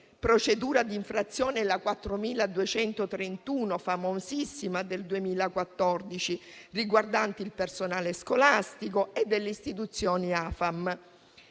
procedura di infrazione famosissima, la 2014/4231, riguardante il personale scolastico e delle istituzioni AFAM.